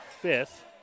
fifth